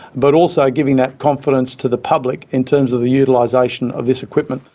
but also giving that confidence to the public in terms of the utilisation of this equipment.